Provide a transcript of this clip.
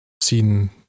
seen